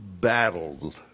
battled